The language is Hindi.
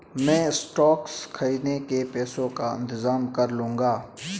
मैं स्टॉक्स खरीदने के पैसों का इंतजाम कर लूंगा